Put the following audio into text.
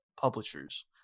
publishers